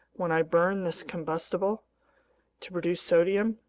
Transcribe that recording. when i burn this combustible to produce sodium,